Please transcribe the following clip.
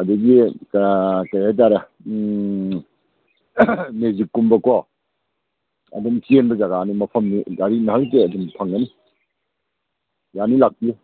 ꯑꯗꯒꯤ ꯀꯔꯤ ꯍꯥꯏ ꯇꯥꯔꯦ ꯃꯦꯖꯤꯛꯀꯨꯝꯕꯀꯣ ꯑꯗꯨꯝ ꯆꯦꯟꯕ ꯖꯒꯥꯅꯤ ꯃꯐꯝꯅꯤ ꯒꯥꯔꯤ ꯉꯥꯏꯍꯥꯛ ꯂꯩꯇ ꯑꯗꯨꯝ ꯐꯪꯒꯅꯤ ꯌꯥꯅꯤ ꯂꯥꯛꯄꯤꯌꯨ